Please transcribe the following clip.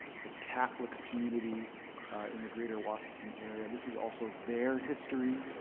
the catholic community in the greater washington area, this is also their history,